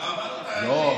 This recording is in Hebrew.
הרבנות הראשית, לא.